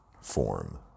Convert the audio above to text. form